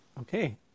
Okay